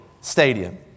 Stadium